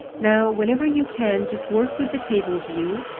now, whenever you can just work with the table view,